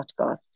podcast